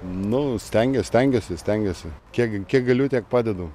nu stengiuos stengiuosi stengiuosi kiek gi kiek galiu tiek padedu